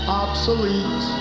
obsolete